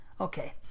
okay